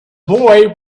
boy